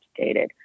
updated